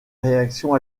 réactions